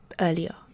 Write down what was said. earlier